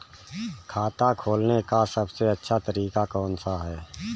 खाता खोलने का सबसे अच्छा तरीका कौन सा है?